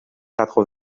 quatre